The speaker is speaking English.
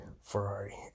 Ferrari